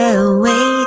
away